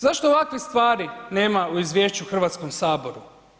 Zašto ovakvih stvari nema u izvješću u Hrvatskom saboru?